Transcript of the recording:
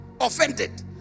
offended